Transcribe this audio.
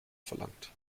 verlangt